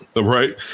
Right